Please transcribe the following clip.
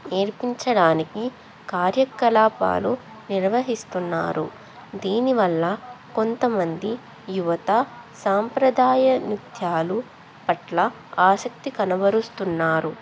నేర్పించడానికి కార్యకలాపాలు నిర్వహిస్తున్నారు దీనివల్ల కొంతమంది యువత సాంప్రదాయ నృత్యాలు పట్ల ఆసక్తి కనుబరుస్తున్నారు